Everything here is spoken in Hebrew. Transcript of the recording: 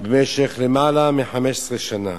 במשך יותר מ-15 שנה.